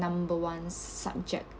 number one subject